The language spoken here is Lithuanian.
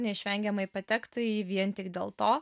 neišvengiamai patektų į jį vien tik dėl to